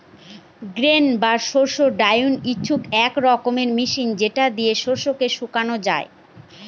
grain বা শস্য dryer হচ্ছে এক রকমের মেশিন যেটা দিয়ে শস্যকে শুকানো যায়